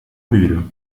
müde